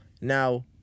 Now